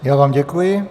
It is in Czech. Já vám děkuji.